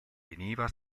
veniva